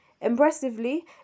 Impressively